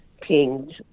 pinged